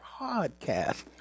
podcast